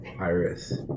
Iris